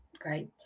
great,